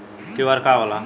QR का होला?